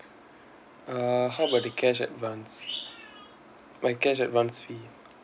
uh how about the cash advance like cash advance fee